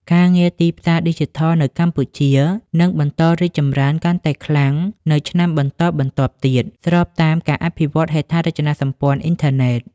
ការងារទីផ្សារឌីជីថលនៅកម្ពុជានឹងបន្តរីកចម្រើនកាន់តែខ្លាំងនៅឆ្នាំបន្តបន្ទាប់ទៀត ស្របតាមការអភិវឌ្ឍហេដ្ឋារចនាសម្ព័ន្ធអ៊ីនធឺណិត។